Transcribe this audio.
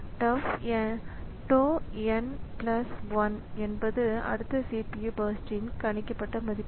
Tau n plus 1 என்பது அடுத்த CPU first ன் கணிக்கப்பட்ட மதிப்பு